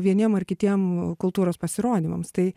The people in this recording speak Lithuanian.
vieniem ar kitiem kultūros pasirodymams tai